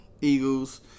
Eagles